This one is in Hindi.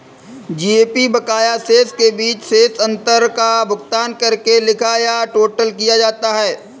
जी.ए.पी बकाया शेष के बीच शेष अंतर का भुगतान करके लिखा या टोटल किया जाता है